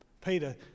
peter